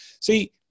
See